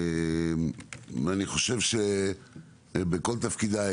אני חושב שבכל תפקידיי,